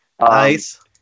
Nice